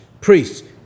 priests